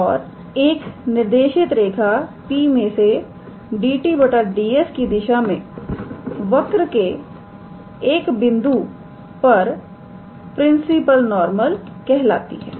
और एक निर्देशित रेखा P में से 𝑑𝑡 𝑑𝑠 की दिशा में वक्र के एक बिंदु P पर प्रिंसिपल नॉर्मल कहलाती है